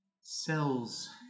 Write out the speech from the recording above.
cells